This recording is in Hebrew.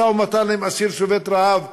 משא-ומתן עם אסיר שובת רעב,